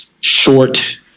short